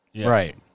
Right